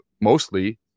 mostly